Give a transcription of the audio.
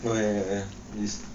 oh ya ya